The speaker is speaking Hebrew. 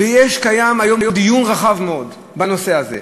ויש היום דיון רחב מאוד בנושא הזה.